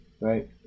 right